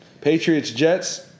Patriots-Jets